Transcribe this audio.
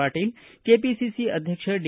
Patil KPCC ಅಧ್ಯಕ್ಷ D